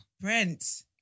Brent